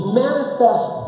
manifest